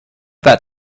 that